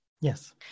Yes